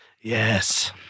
Yes